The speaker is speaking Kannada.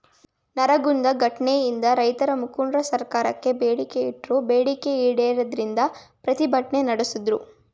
ನರಗುಂದ ಘಟ್ನೆಯಿಂದ ರೈತಮುಖಂಡ್ರು ಸರ್ಕಾರಕ್ಕೆ ಬೇಡಿಕೆ ಇಟ್ರು ಬೇಡಿಕೆ ಈಡೇರದಿಂದ ಪ್ರತಿಭಟ್ನೆ ನಡ್ಸುದ್ರು